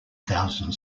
thousand